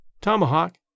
Tomahawk